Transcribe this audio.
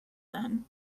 then